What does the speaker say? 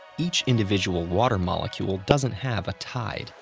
each individual water molecule doesn't have a tide,